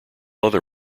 other